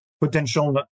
potential